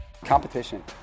Competition